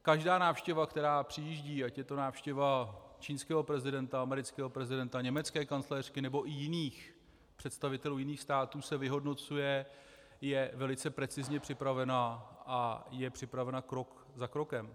Každá návštěva, která přijíždí, ať je to návštěva čínského prezidenta, amerického prezidenta, německé kancléřky, nebo i představitelů jiných států, se vyhodnocuje, je velice precizně připravena a je připravena krok za krokem.